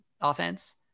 offense